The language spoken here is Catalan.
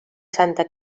santa